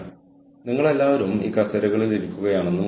എന്നിട്ട് നിങ്ങൾ അവയെ ഉണങ്ങാൻ മറ്റേ കമ്പാർട്ടുമെന്റിൽ ഇടും